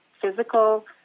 physical